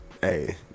Hey